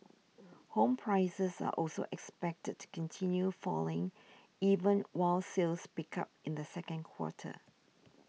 home prices are also expected to continue falling even while sales picked up in the second quarter